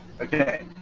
Okay